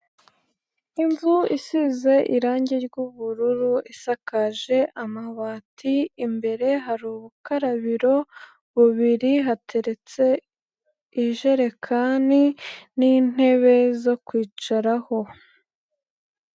Inzu isize irangi ry'ubururu, isakaje amabati, imbere hari ubukarabiro bubiri, hateretse ijerekani n'intebe zo kwicaraho.